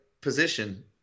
position